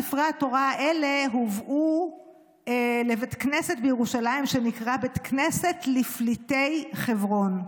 ספרי התורה האלה הובאו לבית כנסת בירושלים שנקרא בית כנסת לפליטי חברון.